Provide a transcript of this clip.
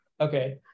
Okay